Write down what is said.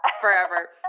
forever